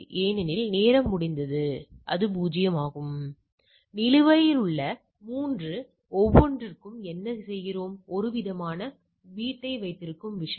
எனவே இரண்டும் நீங்கள் பேசும்போது வைத்திருக்க வேண்டிய மிகவும் பயனுள்ள வகையான விஷயங்கள்